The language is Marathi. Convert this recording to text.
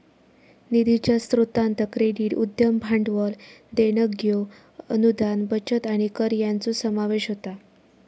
निधीच्या स्रोतांत क्रेडिट, उद्यम भांडवल, देणग्यो, अनुदान, बचत आणि कर यांचो समावेश होता